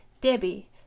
Debbie